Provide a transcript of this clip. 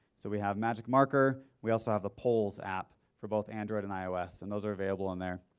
so we have magicmarker. we also have the polls app for both android and ios and those are available on there.